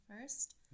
first